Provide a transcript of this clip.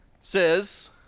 says